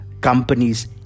companies